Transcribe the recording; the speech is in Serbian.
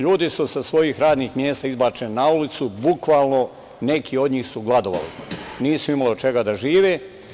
Ljudi su sa svojih radnih mesta izbačeni na ulicu, bukvalno neki od njih su gladovali, nisu imali od čega da žive.